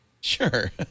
Sure